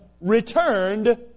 returned